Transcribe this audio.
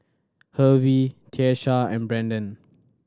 Hervey Tiesha and Brendan